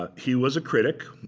ah he was a critic,